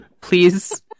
please